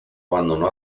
abandonó